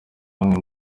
bamwe